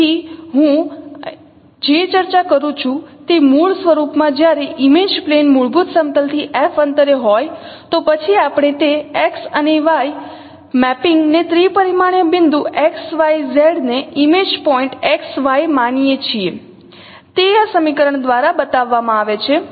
તેથી હું અહીં જે ચર્ચા કરું છું તે મૂળ સ્વરૂપમાં જ્યારે ઇમેજ પ્લેન મૂળભૂત સમતલ થી f અંતરે હોય તો પછી આપણે તે x અને y મેપિંગ નેત્રિપરિમાણીય બિંદુ X Y Z ને ઇમેજ પોઇન્ટ x y માનીએ છીએ તે આ સમીકરણ દ્વારા બતાવવામાં આવે છે